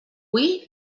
hui